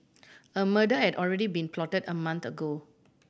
a murder had already been plotted a month ago